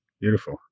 beautiful